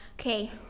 Okay